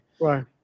right